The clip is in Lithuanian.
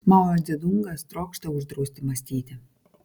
mao dzedungas trokšta uždrausti mąstyti